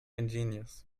ingenious